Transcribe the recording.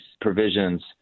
provisions